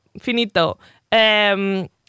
Finito